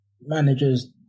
managers